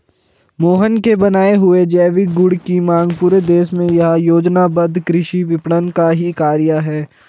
मोहन के बनाए हुए जैविक गुड की मांग पूरे देश में यह योजनाबद्ध कृषि विपणन का ही कार्य है